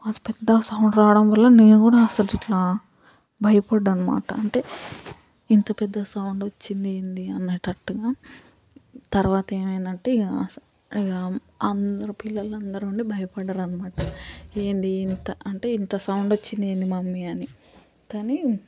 మస్త్ పెద్దగా సౌండ్ రావడం వల్ల నేను కూడా అసలు ఇట్లా భయపడ్డా అనమాట అంటే ఇంత పెద్ద సౌండ్ వచ్చిందేంది అనేటట్టుగా తర్వాత ఏమైందంటే ఇక ఇక అందరూ పిల్లలందరూ ఉండి భయపడ్దారు అనమాట ఏంది ఇంత అంటే ఇంత సౌండ్ వచ్చింది ఏంది మమ్మీ అని